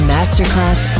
Masterclass